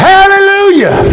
Hallelujah